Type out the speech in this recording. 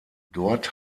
dort